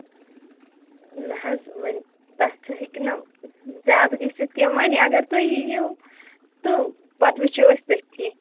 نہ حظ وۄنۍ تَتھ سُہ ہیٚکہِ نہ زیادٕ گٔژھِتھ کینٛہہ وۄنۍ اگر تُہۍ یِیِو تہٕ پَتہٕ وٕچھو أسۍ تٔتھی